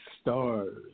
stars